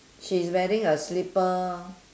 she's wearing a slipper